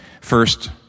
first